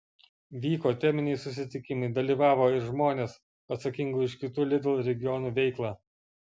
vyko teminiai susitikimai dalyvavo ir žmonės atsakingi už kitų lidl regionų veiklą